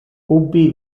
ubi